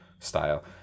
style